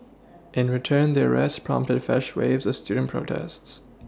in return the arrests prompted fresh waves of student protests